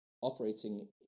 operating